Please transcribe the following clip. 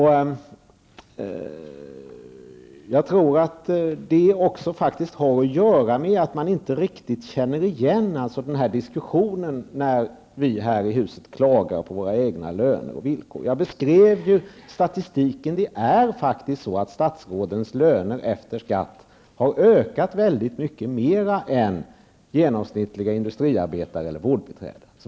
Det tror jag faktiskt också har att göra med att man inte känner igen diskussionen som förs när vi här i huset klagar på våra egna löner och villkor. Jag beskrev ju statistiken. Statsrådens löner efter skatt har ökat väldigt mycket mera än genomsnittliga industriarbetares eller vårdbiträdens.